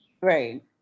right